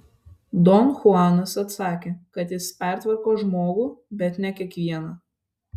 don chuanas atsakė kad jis pertvarko žmogų bet ne kiekvieną